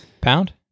Pound